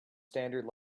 standard